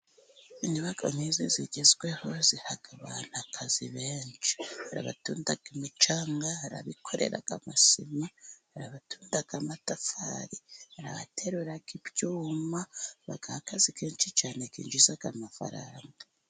Inyubako nk'izi zigezweho ziha abantu akazi benshi, hari abatunda imicanga, hari abikorera amasima, hari abatunda amatafari hari abaterura ibyuma, bagaha akazi kenshi cyane kinjiza amafaranga.